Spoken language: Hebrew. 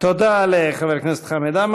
תודה לחבר הכנסת חמד עמאר.